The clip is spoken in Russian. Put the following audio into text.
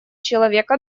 человека